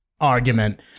Argument